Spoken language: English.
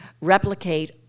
replicate